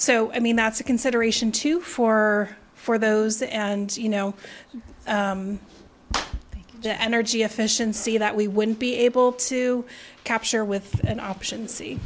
so i mean that's a consideration too for for those and you know the energy efficiency that we wouldn't be able to capture with an option c